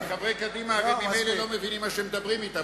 כי חברי קדימה הרי ממילא לא מבינים מה שמדברים אתם,